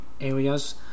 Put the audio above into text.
areas